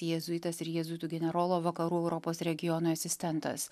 jėzuitas ir jėzuitų generolo vakarų europos regionui asistentas